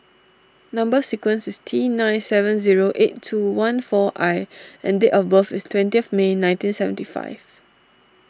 Number Sequence is T nine seven zero eight two one four I and date of birth is twentieth May nineteen seventy five